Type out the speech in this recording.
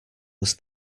was